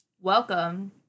Welcome